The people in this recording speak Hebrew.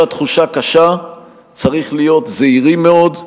התחושה קשה צריך להיות זהירים מאוד,